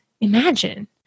Imagine